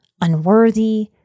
unworthy